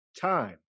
time